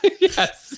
Yes